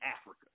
Africa